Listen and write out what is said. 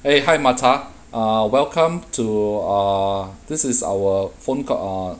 eh hi martha uh welcome to err this is our phone call uh